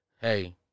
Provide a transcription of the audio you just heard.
Hey